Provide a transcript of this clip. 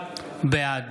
בעד